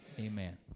Amen